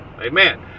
Amen